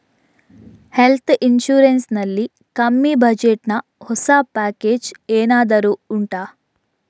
health insurance ನಲ್ಲಿ ಕಮ್ಮಿ budget ನ ಹೊಸ ಪ್ಯಾಕೇಜ್ ಏನಾದರೂ ಉಂಟಾ